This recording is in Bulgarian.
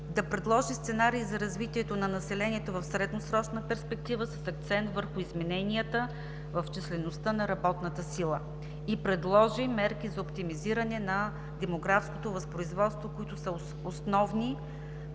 да предложи сценарий за развитието на населението в средносрочна перспектива с акцент върху измененията в числеността на работната сила и предложи мерки за оптимизиране на демографското възпроизводство, които са в основата